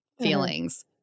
feelings